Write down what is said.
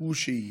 הוא שיהיה.